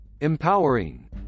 Empowering